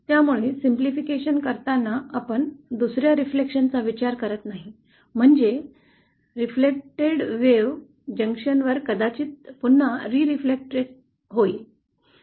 त्यामुळे सरलीकरण करताना आपण दुस या प्रतिबिंबा चा विचार करत नाही म्हणजे परावर्तित झालेली लाट जंक्शनवर कदाचित पुन्हा प्रतिबिंबित होईल